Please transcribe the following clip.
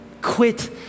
Quit